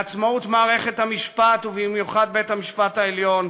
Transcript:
לעצמאות מערכת המשפט, ובמיוחד בית-המשפט העליון,